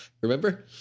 Remember